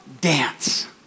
dance